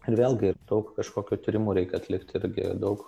ir vėlgi ir daug kažkokių tyrimų reikia atlikti irgi daug